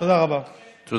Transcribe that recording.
תודה רבה.